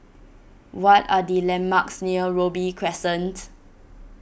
what are the landmarks near Robey Crescent